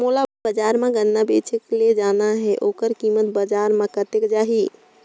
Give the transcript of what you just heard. मोला बजार मां गन्ना बेचे बार ले जाना हे ओकर कीमत बजार मां कतेक जाही?